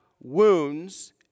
wounds